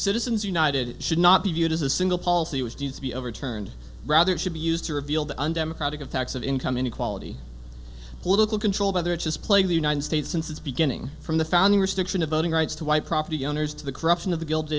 citizens united should not be viewed as a single policy was deemed to be overturned rather should be used to reveal the undemocratic effects of income inequality political control whether it is playing the united states since its beginning from the founding restriction of voting rights to white property owners to the corruption of the gil